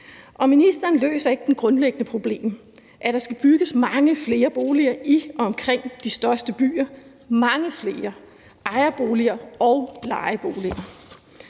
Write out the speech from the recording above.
Ministeren løser ikke det grundlæggende problem, at der skal bygges mange flere boliger i og omkring de største byer – mange flere, både ejerboliger og lejeboliger,